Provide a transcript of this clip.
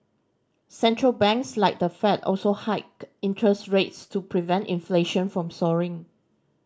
Central Banks like the Fed also hiked interest rates to prevent inflation from soaring